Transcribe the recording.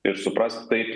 ir suprask taip